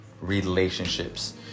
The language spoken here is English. Relationships